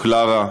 קלרה.